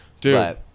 dude